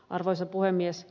arvoisa puhemies